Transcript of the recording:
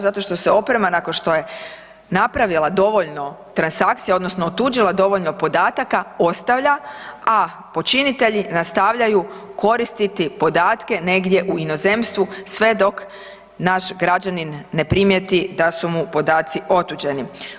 Zato što se oprema nakon što je napravila dovoljno transakcija odnosno otuđila dovoljno podataka ostavlja, a počinitelji nastavljaju koristiti podatke negdje u inozemstvu sve dok naš građanin ne primijeti da su mu podaci otuđeni.